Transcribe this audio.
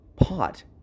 pot